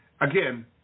Again